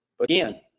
Again